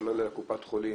כולל קופת חולים,